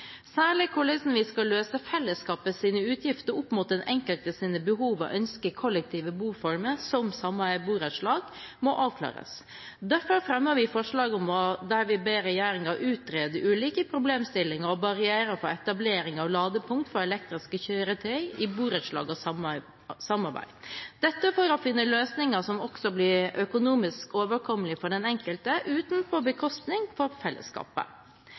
Særlig må hvordan vi skal løse fellesskapets utgifter opp mot den enkeltes behov og ønsker i kollektive boformer som sameier og borettslag, avklares. Derfor fremmer vi forslag der vi ber regjeringen om å utrede ulike problemstillinger og barrierer for etablering av ladepunkt for elektriske kjøretøy i borettslag og sameier – dette for å finne løsninger som også blir økonomisk overkommelige for den enkelte uten at det går på bekostning av fellesskapet.